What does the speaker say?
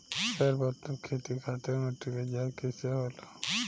सर्वोत्तम खेती खातिर मिट्टी के जाँच कईसे होला?